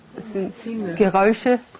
Geräusche